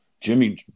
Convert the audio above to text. Jimmy